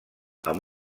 amb